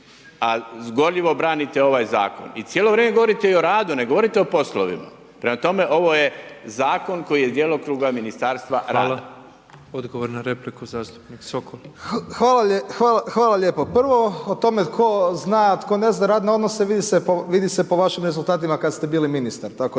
a zgorljivo branite ovaj zakon. I cijelo vrijeme govorite i o radu, ne govorite i o poslovima. Prema tome ovo je zakon koji je iz djelokruga Ministarstva rada. **Petrov, Božo (MOST)** Hvala. Odgovor na repliku zastupnik Sokol. **Sokol, Tomislav (HDZ)** Hvala lijepa. Prvo o tome tko zna, tko ne zna radne odnose vidi se po vašim rezultatima kada ste bili ministar, tako da